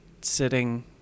sitting